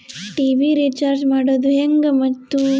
TV recharge ಮಾಡೋದು ಹೆಂಗ ಮತ್ತು?